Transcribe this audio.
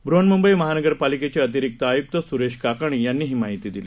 ब्रुहन्मुंबई महानगरपालिकेचे अतिरिक्त आयुक्त सुरेश काकणी यांनी ही माहिती दिली